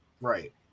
Right